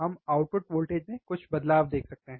हम output voltage में कुछ बदलाव देख सकते हैं